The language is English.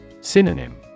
Synonym